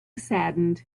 saddened